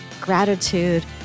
gratitude